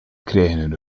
krijgen